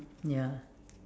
ya